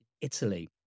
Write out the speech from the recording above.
Italy